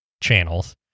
channels